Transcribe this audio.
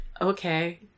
Okay